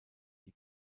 die